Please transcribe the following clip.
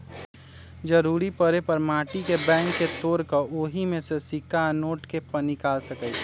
जरूरी परे पर माटी के बैंक के तोड़ कऽ ओहि में से सिक्का आ नोट के पनिकाल सकै छी